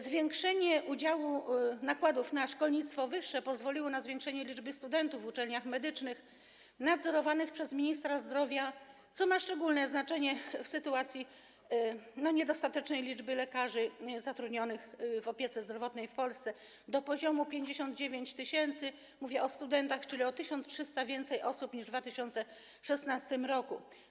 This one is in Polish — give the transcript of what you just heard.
Zwiększenie nakładów na szkolnictwo wyższe pozwoliło na zwiększenie liczby studentów w uczelniach medycznych nadzorowanych przez ministra zdrowia, co ma szczególne znaczenie w sytuacji niedostatecznej liczby lekarzy zatrudnionych w opiece zdrowotnej w Polsce, do poziomu 59 tys. - mówię o studentach - czyli o 1300 osób więcej niż w 2016 r.